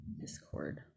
discord